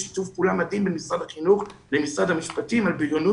שיתוף פעולה מדהים בין משרד החינוך למשרד המשפטים על בריונות